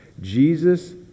Jesus